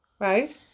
Right